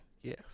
Yes